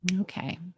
Okay